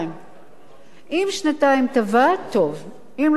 אם שנתיים תבעת, טוב, ואם לא תבעת, אבוד לך.